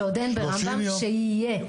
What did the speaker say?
שעוד אין ברמב"ם, שיהיה.